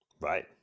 Right